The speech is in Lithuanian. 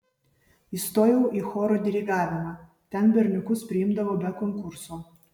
įstojau į choro dirigavimą ten berniukus priimdavo be konkurso